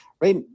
right